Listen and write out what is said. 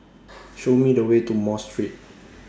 Show Me The Way to Mosque Street